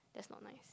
that's not nice